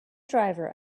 driver